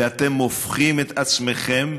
ואתם הופכים את עצמכם,